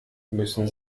müssen